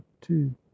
two